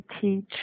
teach